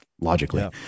logically